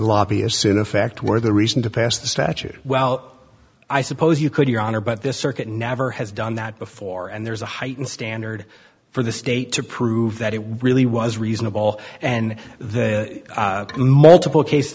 lobbyists in effect where the reason to pass the statute well i suppose you could your honor but this circuit never has done that before and there's a heightened standard for the state to prove that it really was reasonable and the multiple case